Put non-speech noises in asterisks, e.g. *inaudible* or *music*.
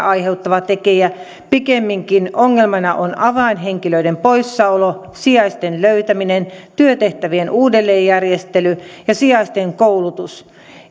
*unintelligible* aiheuttava tekijä pikemminkin ongelmana on avainhenkilöiden poissaolo sijaisten löytäminen työtehtävien uudelleenjärjestely ja sijaisten koulutus